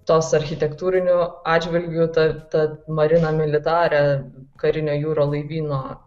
tos architektūriniu atžvilgiu ta ta marina militare karinio jūrų laivyno